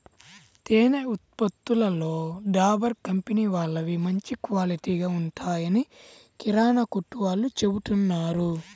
తేనె ఉత్పత్తులలో డాబర్ కంపెనీ వాళ్ళవి మంచి క్వాలిటీగా ఉంటాయని కిరానా కొట్టు వాళ్ళు చెబుతున్నారు